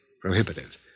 Prohibitive